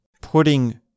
putting